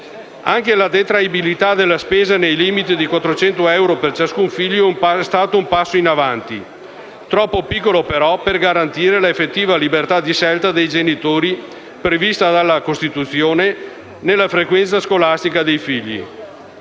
Anche la detraibilità della spesa nei limiti di 400 euro per ciascun figlio è stato un passo in avanti, troppo piccolo però per garantire la effettiva libertà di scelta dei genitori, prevista dalla Costituzione, nella frequenza scolastica dei figli.